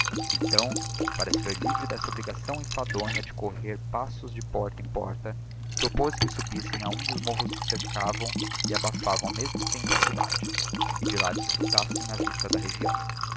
então para se ver livre d'essa obrigação enfadonha de correr passos de porta em porta propoz que subissem a um dos morros que cercavam e abafavam ao mesmo tempo a cidade e de lá desfructassem a vista da região